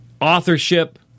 authorship